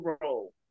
role